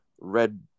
red